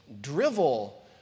drivel